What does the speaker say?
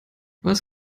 was